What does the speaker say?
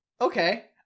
okay